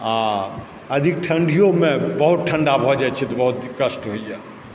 आ अधिक ठण्डिओमे बहुत ठण्डा भऽ जाइत छै तऽ बहुत कष्ट होइए